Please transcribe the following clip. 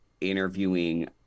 interviewing